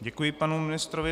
Děkuji panu ministrovi.